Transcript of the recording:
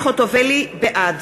בעד